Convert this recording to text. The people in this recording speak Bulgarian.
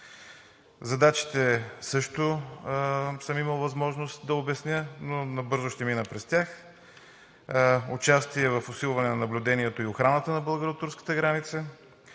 Задачите също съм имал възможност да обясня, но набързо ще мина през тях: участие в усилване на наблюдението и охраната на българо-турската граница;